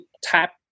tap